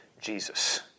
Jesus